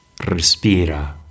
Respira